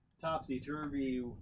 topsy-turvy